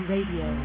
Radio